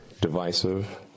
divisive